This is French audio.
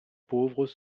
pauvres